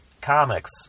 Comics